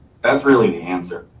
that's really the answer.